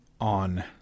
on